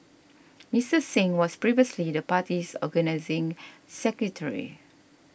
Mister Singh was previously the party's organising secretary